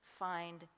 find